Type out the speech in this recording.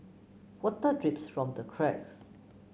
water drips from the cracks